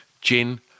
Gin